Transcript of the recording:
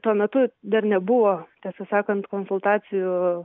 tuo metu dar nebuvo tiesą sakant konsultacijų